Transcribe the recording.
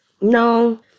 No